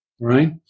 right